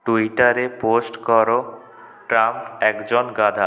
টুইটারে পোস্ট কর ট্রাম্প একজন গাধা